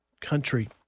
country